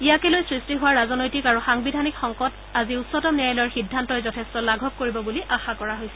ইয়াকে লৈ সৃষ্টি হোৱা ৰাজনৈতিক আৰু সাংবিধানিক সংকট আজি উচ্চতম ন্যায়ালয়ৰ সিদ্ধান্তই যথেষ্ট লাঘৱ কৰিব বুলি আশা কৰা হৈছে